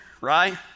right